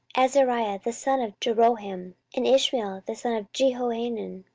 azariah the son of jeroham, and ishmael the son of jehohanan,